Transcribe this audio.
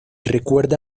recuerda